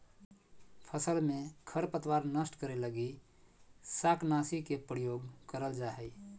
फसल में खरपतवार नष्ट करे लगी शाकनाशी के प्रयोग करल जा हइ